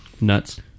nuts